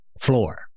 floor